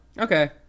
okay